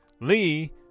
Lee